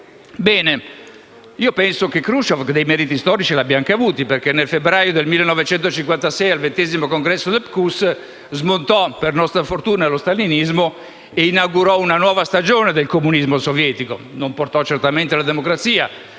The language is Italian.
Bene, penso che Kruscev dei meriti storici li abbia anche avuti perché nel febbraio del 1956, al XX Congresso del PCUS, smontò per nostra fortuna lo stalinismo e inaugurò una nuova stagione del comunismo sovietico. Non portò certamente la democrazia: